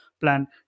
plan